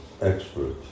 expert